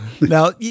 Now